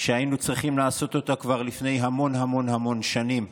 שהיינו צריכים לעשות אותה כבר לפני המון המון שנים.